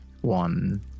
one